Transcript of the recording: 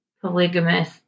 polygamous